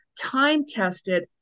time-tested